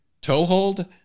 toehold